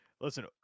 Listen